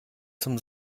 zum